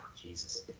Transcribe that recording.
Jesus